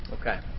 Okay